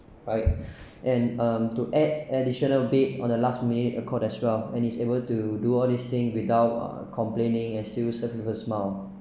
right and um to add additional bed on the last minute a cord as well and his able to do all this thing without complaining as still serve with a smile